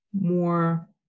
more